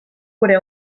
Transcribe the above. gure